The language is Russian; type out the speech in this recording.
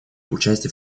участие